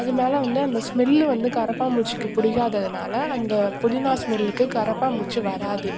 அது மேலே வந்து அந்த ஸ்மெல்லு வந்து கரப்பான்பூச்சிக்கு பிடிக்காததுனால அந்த புதினா ஸ்மெல்லுக்கு கரப்பான்பூச்சி வராது